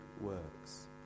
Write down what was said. works